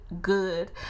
good